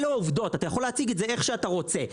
אלה העובדות, אתה יכול להציג את זה איך שאתה רוצה.